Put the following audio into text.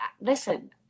listen